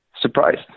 surprised